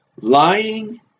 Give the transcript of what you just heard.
Lying